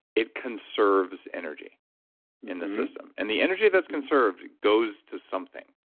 it conserves energy in the system, and the energy that's conserved goes to something.